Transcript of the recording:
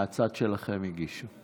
מהצד שלכם הגישו.